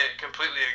completely